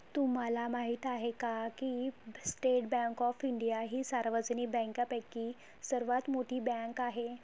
तुम्हाला माहिती आहे का की स्टेट बँक ऑफ इंडिया ही सार्वजनिक बँकांपैकी सर्वात मोठी बँक आहे